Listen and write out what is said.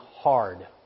hard